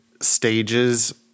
stages